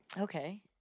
Okay